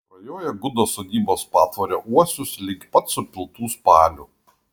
prajoja gudo sodybos patvorio uosius lig pat supiltų spalių